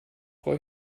frau